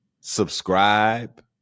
subscribe